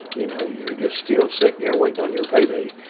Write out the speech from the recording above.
you know, you're just still sitting. you're waiting on your payday.